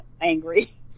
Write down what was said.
angry